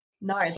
no